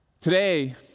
Today